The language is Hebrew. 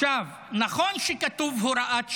נכון שכתוב "הוראת שעה",